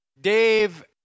Dave